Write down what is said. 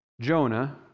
Jonah